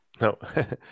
no